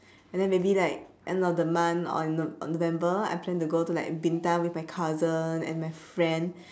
and then maybe like end of the month or in nov~ november I plan to go to like bintan with my cousin and my friend